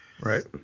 right